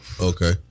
Okay